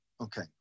Okay